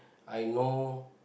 I know